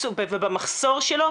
ובמחסור שלו,